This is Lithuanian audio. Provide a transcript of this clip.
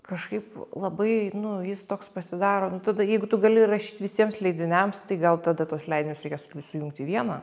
kažkaip labai nu jis toks pasidaro nu tada jeigu tu gali rašyt visiems leidiniams tai gal tada tuos leidinius reikia sul sujungti į vieną